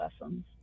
lessons